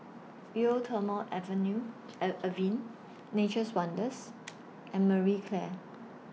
Eau Thermale Avenue Avene Nature's Wonders and Marie Claire